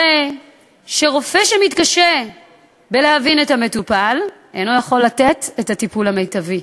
הרי רופא שמתקשה להבין את המטופל אינו יכול לתת את הטיפול המיטבי,